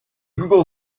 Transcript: google